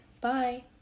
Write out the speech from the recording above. bye